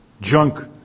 junk